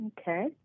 Okay